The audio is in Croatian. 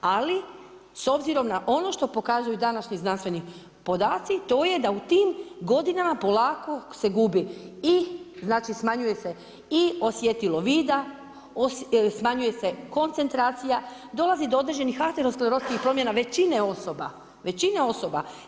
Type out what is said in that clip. Ali s obzirom na ono što pokazuju današnji znanstveni podaci to je da u tim godinama polako se gubi i, znači smanjuje se i osjetilo vida, smanjuje se koncentracija, dolazi do određenih ateroskleroskih promjena većine osoba, većine osoba.